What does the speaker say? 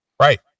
Right